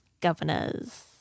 governors